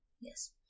yes